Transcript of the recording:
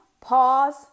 pause